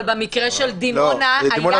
אבל במקרה של דימונה היה סרטון.